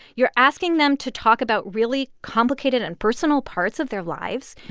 you're asking them to talk about really complicated and personal parts of their lives.